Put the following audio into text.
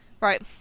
Right